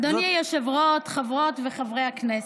אדוני היושב-ראש, חברות וחברי הכנסת.